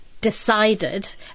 decided